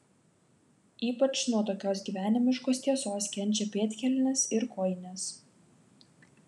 ypač nuo tokios gyvenimiškos tiesos kenčia pėdkelnės ir kojinės